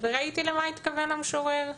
וראיתי למה התכוון המשורר.